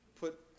put